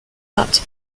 not